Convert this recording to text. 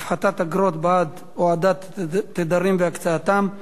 (הפחתת אגרות בעד הועדת תדרים והקצאתם),